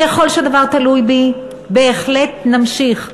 ככל שהדבר תלוי בי, בהחלט נמשיך.